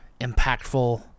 impactful